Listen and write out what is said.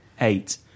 eight